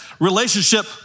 relationship